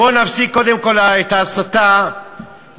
בוא נפסיק קודם כול את ההסתה מבית-ספרנו,